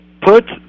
put